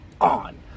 On